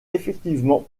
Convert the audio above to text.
effectivement